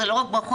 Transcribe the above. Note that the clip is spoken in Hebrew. זה לא רק ברכות,